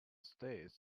states